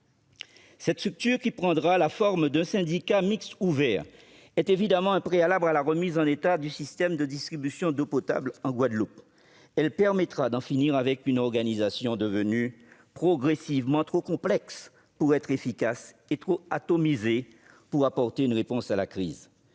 Cette structure, qui prendra la forme d'un syndicat mixte ouvert, est évidemment un préalable à la remise en état du système de distribution d'eau potable en Guadeloupe. Elle permettra d'en finir avec une organisation devenue progressivement trop complexe pour être efficace et trop atomisée pour apporter une réponse à la crise.